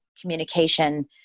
communication